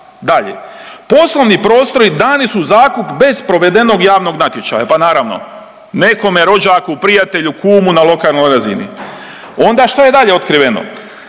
Dalje, poslovni prostori dani su u zakup bez provedenog javnog natječaja, pa naravno nekome rođaku, prijatelju, kumu na lokalnoj razini. Onda što je dalje otkriveno,